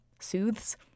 soothes